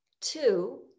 Two